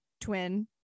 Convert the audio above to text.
twin